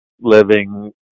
living